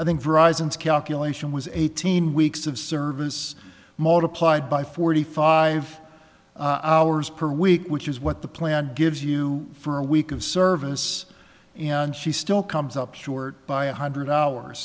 verizon's calculation was eighteen weeks of service multiplied by forty five hours per week which is what the plan gives you for a week of service and she still comes up short by one hundred hours